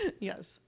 Yes